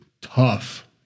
tough